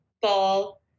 ball